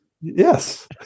Yes